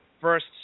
first